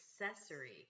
accessory